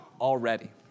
already